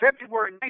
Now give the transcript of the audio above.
February